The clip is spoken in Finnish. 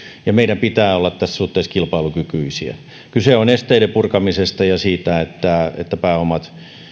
ja meidän pitää olla tässä suhteessa kilpailukykyisiä kyse on esteiden purkamisesta ja siitä että että pääomia